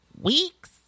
week's